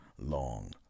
long